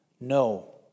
No